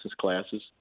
classes